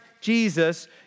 Jesus